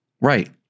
Right